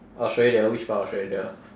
australia which part of australia